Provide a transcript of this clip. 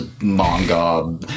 manga